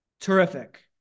Terrific